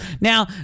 Now